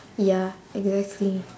ya exactly